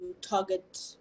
target